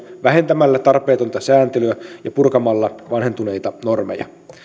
vähentämällä tarpeetonta sääntelyä ja purkamalla vanhentuneita normeja